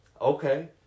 Okay